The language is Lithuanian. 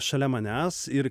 šalia manęs ir